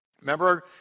Remember